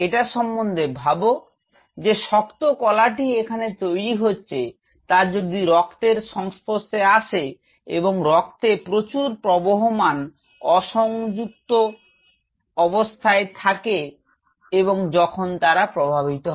এটা সম্বন্ধে ভাব যে শক্ত কলাটি এখানে তৈরি হচ্ছে তা যদি রক্তের সংস্পর্শে আশে এবং রক্তে প্রচুর প্রবহমান অসংজুক্ত থাকে এবং যখন তারা প্রবাহিত হয়